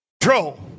control